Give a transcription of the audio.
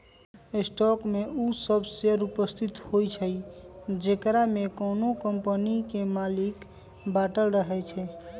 stock में उ सभ शेयर उपस्थित होइ छइ जेकरामे कोनो कम्पनी के मालिक बाटल रहै छइ